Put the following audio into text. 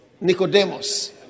Nicodemus